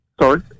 Sorry